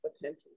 potential